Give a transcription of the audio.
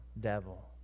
devil